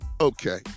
Okay